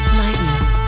lightness